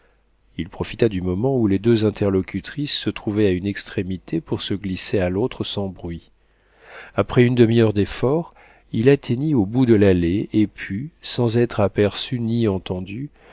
il profita du moment où les deux interlocutrices se trouvaient à une extrémité pour se glisser à l'autre sans bruit après une demi-heure d'efforts il atteignit au bout de l'allée et put sans être aperçu ni entendu